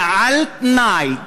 זה על-תנאי.